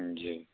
जी